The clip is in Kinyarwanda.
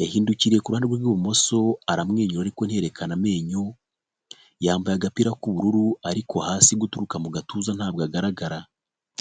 yahindukiriye ku ruhande rwe rw'ibumoso, aramwenyura ariko ntiyerekana amenyo, yambaye agapira k'ubururu ariko hasi gutukura mu gatuza ntabwo hagaragara.